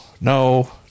no